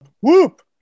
Whoop